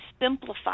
simplify